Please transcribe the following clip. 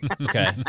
Okay